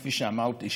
כפי שאמרתי,